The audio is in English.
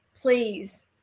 please